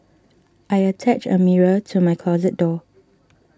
I attached a mirror to my closet door